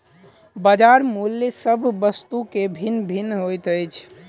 बजार मूल्य सभ वस्तु के भिन्न भिन्न होइत छै